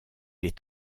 est